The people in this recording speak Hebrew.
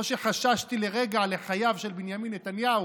לא שחששתי לרגע לחייו של בנימין נתניהו,